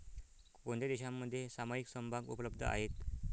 कोणत्या देशांमध्ये सामायिक समभाग उपलब्ध आहेत?